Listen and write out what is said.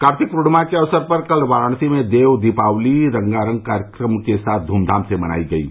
कार्तिक पूर्णिमा के अवसर पर कल वाराणसी में देव दीपावली रंगारंग कार्यक्रम के साथ ध्रमधाम से मनाई गयी